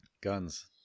Guns